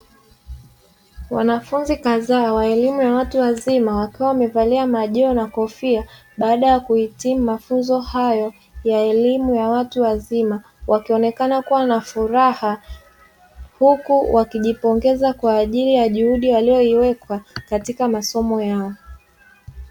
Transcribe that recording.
Wanafunzi kadhaa wa elimu ya watu wazima wakiwa wamevalia majoho na kofia, baada ya kuhitimu mafunzo hayo ya elimu ya watu wazima; wakionekana kuwa na furaha huku wakijipongeza kwa ajili ya juhudi walioiwekwa katika masomo yao.